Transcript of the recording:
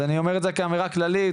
אני אומר את זה כאמירה כללית,